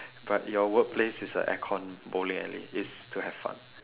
but your workplace is a aircon bowling alley it's to have fun